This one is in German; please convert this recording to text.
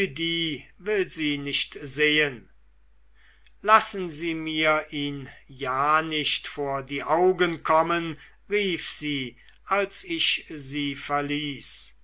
will sie nicht sehen lassen sie mir ihn ja nicht vor die augen kommen rief sie als ich sie verließ